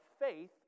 faith